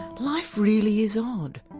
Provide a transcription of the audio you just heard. life really is odd,